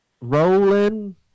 Rolling